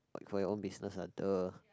like for your own business lah the